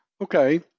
Okay